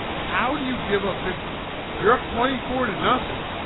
how do you give up fifty you're up twenty four to nothing